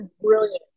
brilliant